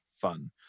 fun